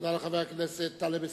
תודה לחבר הכנסת טלב אלסאנע.